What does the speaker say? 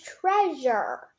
treasure